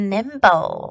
Nimble